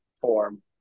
form